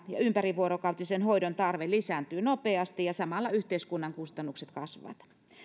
ja ympärivuorokautisen hoidon tarve lisääntyy nopeasti ja samalla yhteiskunnan kustannukset kasvavat